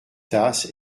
tasses